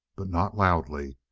but not loudly.